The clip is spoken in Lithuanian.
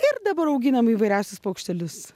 ir dabar auginam įvairiausius paukštelius